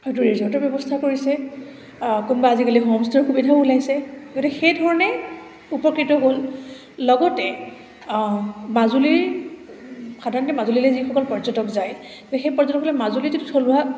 হয়তো ৰিজৰ্টৰ ব্যৱস্থা কৰিছে কোনোবা আজিকালি হোম ষ্টে'ৰ সুবিধাও ওলাইছে গতিকে সেইধৰণে উপকৃত হ'ল লগতে মাজুলীৰ সাধাৰণতে মাজুলীলে যিসকল পৰ্যটক যায় সেই পৰ্যটকসকলে মাজুলীৰ যিটো থলুৱা